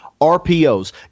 RPOs